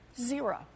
Zero